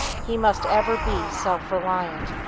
he must ever be self-reliant.